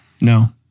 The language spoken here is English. No